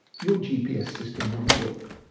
your gps system wouldn't work.